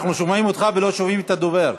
אנחנו שומעים אותך ולא שומעים את הדובר.